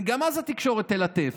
גם אז התקשורת תלטף.